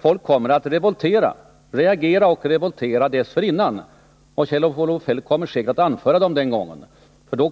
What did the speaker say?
Folk kommer att reagera och revoltera dessförinnan. Och Kjell-Olof Feldt kommer säkert att anföra dem den Nr 29 gången. Då